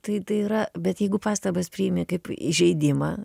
tai tai yra bet jeigu pastabas priimi kaip įžeidimą